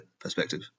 perspective